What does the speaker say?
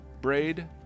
braid